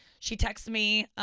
she texted me,